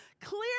clear